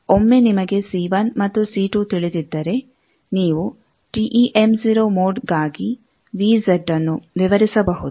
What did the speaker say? ಒಮ್ಮೆ ನಿಮಗೆ C1 ಮತ್ತು C2 ತಿಳಿದಿದ್ದರೆನೀವು ಮೋಡ್ಗಾಗಿ ನ್ನು ವಿವರಿಸಬಹುದು